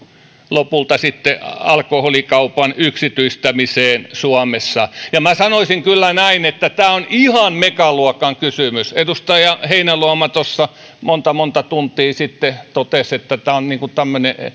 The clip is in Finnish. lopulta sitten alkoholikaupan yksityistämiseen suomessa ja minä sanoisin kyllä näin että tämä on ihan megaluokan kysymys edustaja heinäluoma tuossa monta monta tuntia sitten totesi että tämä on tämmöinen